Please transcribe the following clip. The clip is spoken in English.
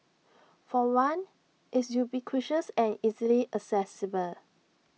for one it's ubiquitous and easily accessible